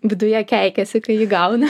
viduje keikiasi kai jį gauna